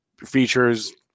features